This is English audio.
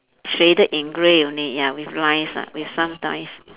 shaded in grey only ya with lines ah with some lines